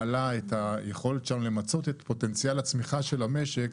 מעלה את היכולת שלנו למצות את פוטנציאל הצמיחה של המשק,